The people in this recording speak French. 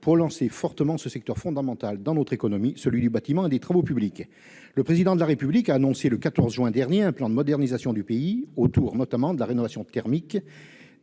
pour lancer fortement ce secteur fondamental dans notre économie, celui du bâtiment et des travaux publics. Le Président de la République a annoncé le 14 juin dernier un plan de modernisation du pays, notamment autour de la rénovation thermique